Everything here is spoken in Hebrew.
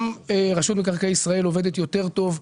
גם רשות מקרקעי ישראל עובדת יותר טוב,